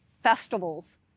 festivals